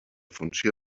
funció